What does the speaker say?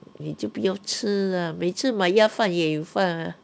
你就不要吃 ah 每次买鸭饭也有放啊